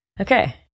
Okay